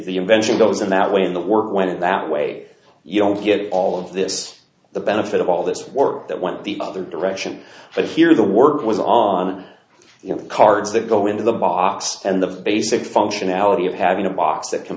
the invention goes in that way in the world when in that way you don't get all of this the benefit of all this work that went the other direction but here the work was on the cards that go into the box and the basic functionality of having a box that can